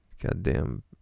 Goddamn